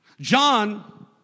John